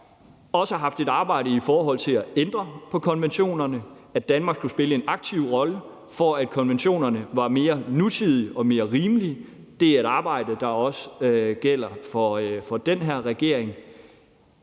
også haft et arbejde i forhold til at ændre på konventionerne, og at Danmark skulle spille en aktiv rolle, for at konventionerne var mere nutidige og mere rimelige, og det er et arbejde, der også gælder for den her regering.